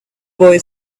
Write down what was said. boy